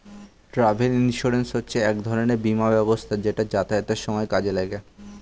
travel insurance হচ্ছে এক রকমের বীমা ব্যবস্থা যেটা যাতায়াতের সময় কাজে লাগে